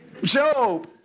Job